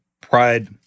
Pride